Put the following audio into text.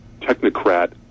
technocrat